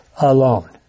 alone